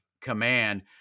command